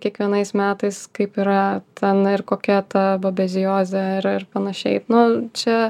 kiekvienais metais kaip yra ten ir kokia ta babeziozė yra ir panašiai nu čia